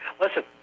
listen